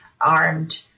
armed